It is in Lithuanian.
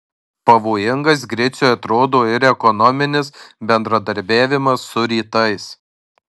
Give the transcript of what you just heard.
pavojingas griciui atrodo ir ekonominis bendradarbiavimas su rytais